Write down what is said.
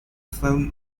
film